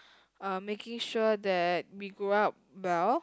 uh making sure that we grow up well